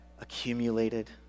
accumulated